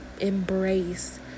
embrace